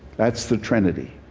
that's the trinity.